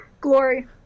glory